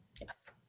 Yes